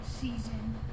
season